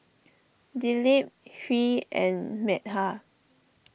Dilip Hri and Medha